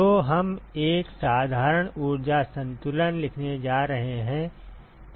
तो हम एक साधारण ऊर्जा संतुलन लिखने जा रहे हैं